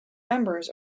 members